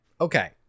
okay